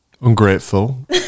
Ungrateful